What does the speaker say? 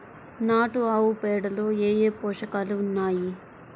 నాటు ఆవుపేడలో ఏ ఏ పోషకాలు ఉన్నాయి?